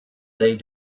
they